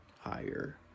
higher